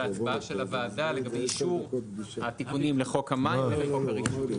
הצבעת הוועדה לגבי אישור התיקונים לחוק המים ולחוק הרישוי.